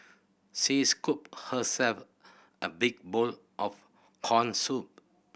she scooped herself a big bowl of corn soup